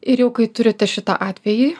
ir jau kai turite šitą atvejį